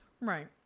Right